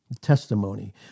testimony